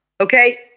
Okay